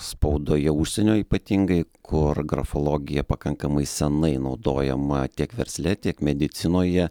spaudoje užsienio ypatingai kur grafologija pakankamai senai naudojama tiek versle tiek medicinoje